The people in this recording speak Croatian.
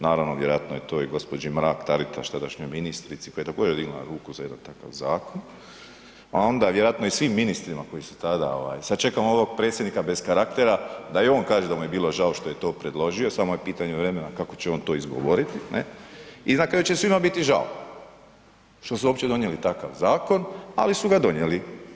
Naravno, vjerojatno je i gđi. Mrak Taritaš, tadašnjoj ministrici koja je također dignula ruku za jedan takav zakon a onda vjerojatno i svi ministrima koji su tada, sad čekamo ovog predsjednika bez karaktera da i on kaže da mu je bilo žao što je to predložio, samo je pitanje vremena kako će on to izgovoriti, ne, i na kraju će svima biti žao što su uopće donijeli takav zakon ali su ga donijeli.